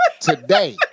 today